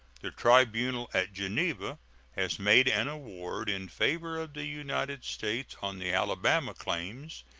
the tribunal at geneva has made an award in favor of the united states on the alabama claims,